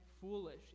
foolish